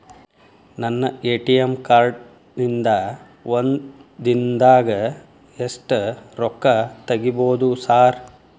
ನನ್ನ ATM card ನಿಂದಾ ಒಂದ್ ದಿಂದಾಗ ಎಷ್ಟ ರೊಕ್ಕಾ ತೆಗಿಬೋದು ಸಾರ್?